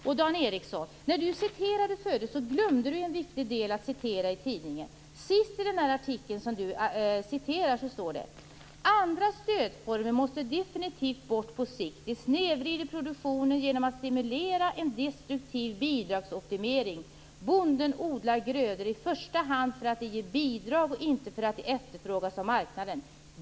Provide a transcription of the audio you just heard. När Dan Ericsson tidigare citerade ur en tidning glömde han en viktig del. Sist i den artikel som han citerade står det: Andra stödformer måste definitivt bort på sikt. De snedvrider produktionen genom att stimulera en destruktiv bidragsoptimering. Bonden odlar grödor i första hand för att det ger bidrag och inte för att det efterfrågas av marknaden.